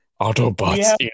Autobots